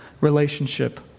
relationship